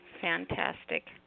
Fantastic